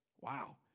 Wow